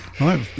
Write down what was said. right